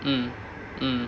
mm mm